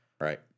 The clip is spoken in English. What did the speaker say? Right